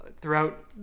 throughout